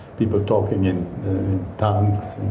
people talking in tongues